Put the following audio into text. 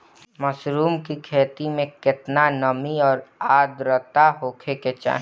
Mushroom की खेती में केतना नमी और आद्रता होखे के चाही?